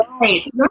Right